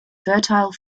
fertile